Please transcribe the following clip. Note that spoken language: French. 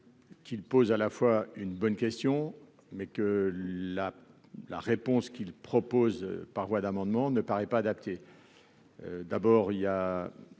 Qu'il pose à la fois une bonne question, mais que la la réponse qu'il propose, par voie d'amendement ne paraît pas adapté. D'abord il y a,